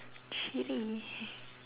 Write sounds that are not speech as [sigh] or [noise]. chile [laughs]